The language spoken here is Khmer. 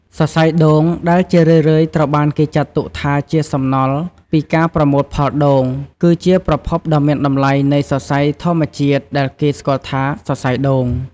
សរសៃដូង ដែលជារឿយៗត្រូវបានគេចាត់ទុកជាសំណល់ពីការប្រមូលផលដូង គឺជាប្រភពដ៏មានតម្លៃនៃសរសៃធម្មជាតិដែលគេស្គាល់ថា សរសៃដូង។